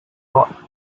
not